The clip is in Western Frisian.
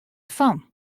fan